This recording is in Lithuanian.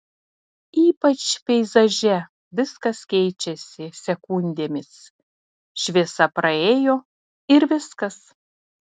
ypač peizaže viskas keičiasi sekundėmis šviesa praėjo ir viskas